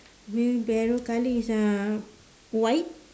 wheel barrow colour is uh white